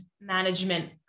management